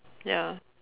ya